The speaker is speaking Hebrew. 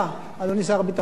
חבר הכנסת רוני בר-און,